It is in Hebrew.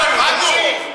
תמשיך, בבקשה.